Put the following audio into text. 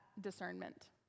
discernment